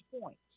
points